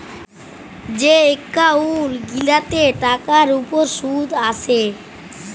যে এক্কাউল্ট গিলাতে টাকার উপর সুদ আসে